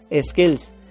skills